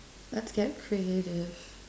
let's get creative